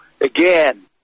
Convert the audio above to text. again